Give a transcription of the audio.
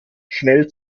schnell